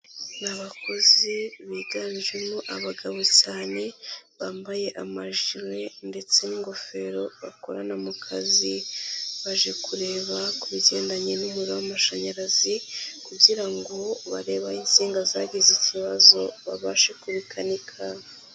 Ni abakozi biganjemo abagabo cyane bambaye amajire ndetse n'ingofero bakorana mu kazi, baje kureba ku bigendanye n'umuriro w'amashanyarazi kugira ngo barebe aho insinga zagize ikibazo babashe kubikanika.